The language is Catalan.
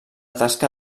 tasca